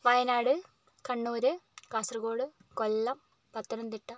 Wayanad Kannur Kasaragod Kollam Pathanamthitta